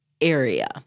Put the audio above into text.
area